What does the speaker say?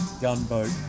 gunboat